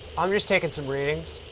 i'm just taking some readings.